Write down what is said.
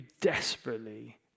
desperately